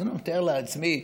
אני מתאר לעצמי,